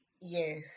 Yes